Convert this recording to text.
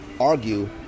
argue